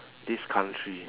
this country